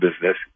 business